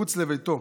מחוץ לביתו.